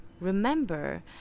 remember